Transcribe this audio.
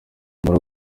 muri